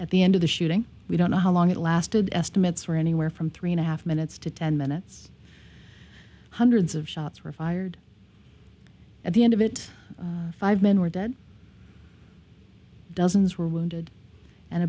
at the end of the shooting we don't know how long it lasted estimates were anywhere from three and a half minutes to ten minutes hundreds of shots were fired at the end of it five men were dead dozens were wounded and